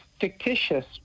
fictitious